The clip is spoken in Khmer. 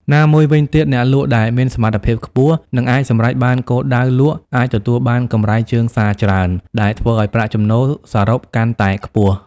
ណាមួយវីញទៀត អ្នកលក់ដែលមានសមត្ថភាពខ្ពស់ និងអាចសម្រេចបានគោលដៅលក់អាចទទួលបានកម្រៃជើងសារច្រើន ដែលធ្វើឱ្យប្រាក់ចំណូលសរុបកាន់តែខ្ពស់។